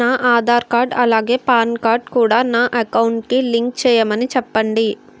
నా ఆధార్ కార్డ్ అలాగే PAN card కూడా నా అకౌంట్ కి లింక్ చేయమని చెప్పండి